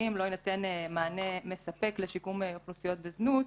החברתיים לא יינתן מענה מספק לשיקום אוכלוסיות בזנות,